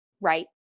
Right